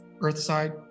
Earthside